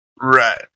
right